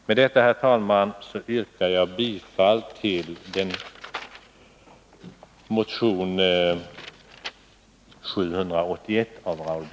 Med detta, herr talman, yrkar jag bifall till motion 781 av Raul Blächer.